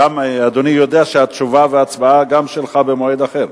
אדוני יודע שהתשובה וההצבעה, גם שלך במועד אחר?